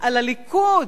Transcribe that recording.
על הליכוד,